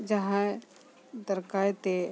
ᱡᱟᱦᱟᱸᱭ ᱫᱟᱨᱠᱟᱭ ᱛᱮ